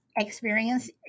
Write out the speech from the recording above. experience